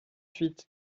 huit